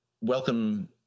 Welcome